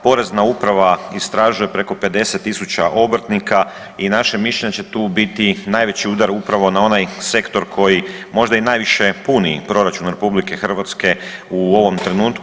Porezna uprava istražuje preko 50.000 obrtnika i naše mišljenje da će tu biti najveći udar upravo na onaj sektor koji možda i najviše puni proračun RH u ovom trenutku.